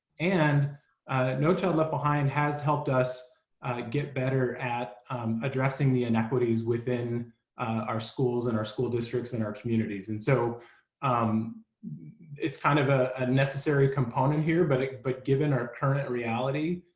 and no child left behind has helped us get better at addressing the inequities within our schools and our school districts and our communities. and so um it's kind of a ah necessary component here, but but given our current reality.